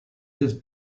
his